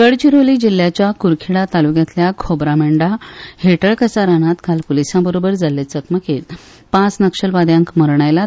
गडचिरोली जिल्ल्याच्या क्रखेडा तालुक्यातल्या खोब्रामेंढा हेटळकसा रानांत काल पुलिसां बरोबर जाल्ले चकमकीत पाच नक्षलवाद्यांक मरण आयलां